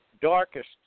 darkest